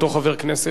אותו חבר כנסת,